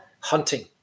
hunting